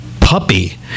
puppy